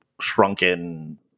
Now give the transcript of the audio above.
shrunken